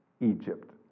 Egypt